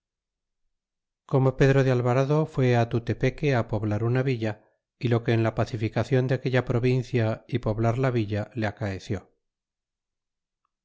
como pedro de alvarado t'ad á tutepeque á poblar una villa y lo que en la paciiicacion de aquella provincia y poblar la villa le acaeció